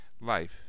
life